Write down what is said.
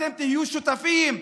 אתם תהיו שותפים.